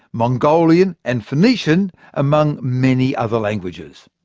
mongolian and phoenician among many other languages.